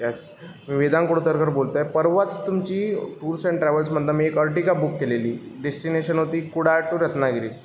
yes मी वेदांग कुडतरकर बोलतो आहे परवाच तुमची टूर्स अॅन ट्रॅव्हल्समधनं मी एक अर्टिगा बुक केलेली डेस्टीनेशन होती कुडाळ टू रत्नागिरी